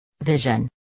Vision